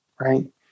right